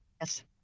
Yes